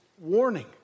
warning